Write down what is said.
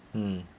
mm